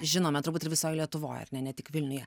žinome turbūt ir visoj lietuvoj ar ne ne tik vilniuje